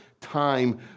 time